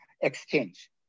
exchange